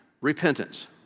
repentance